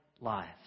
lives